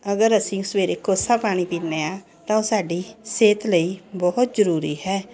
ਅਗਰ ਅਸੀਂ ਸਵੇਰੇ ਕੋਸਾ ਪਾਣੀ ਪੀਂਦੇ ਹਾਂ ਤਾਂ ਸਾਡੀ ਸਿਹਤ ਲਈ ਬਹੁਤ ਜ਼ਰੂਰੀ ਹੈ